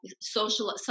social